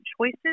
choices